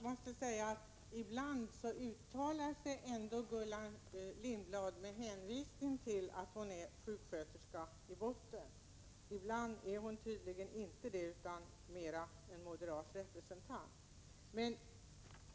Herr talman! Ibland uttalar sig Gullan Lindblad med hänvisning till att hon som botten har sjuksköterskeutbildning. Men ibland är hon tydligen inte främst sjuksköterska utan mera en moderat representant.